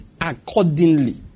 accordingly